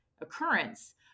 occurrence